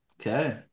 Okay